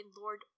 Lord